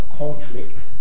conflict